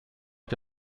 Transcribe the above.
ich